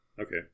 okay